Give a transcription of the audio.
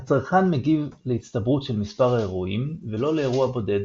(CPE הצרכן מגיב להצטברות של מספר אירועים ולא לאירוע בודד,